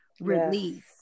release